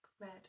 red